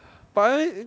why leh